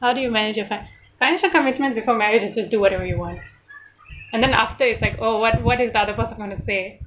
how do you manage your fi~ financial commitment before marriage is just do whatever you want and then after it's like oh what what is the other person going to say